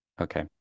okay